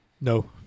No